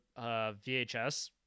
VHS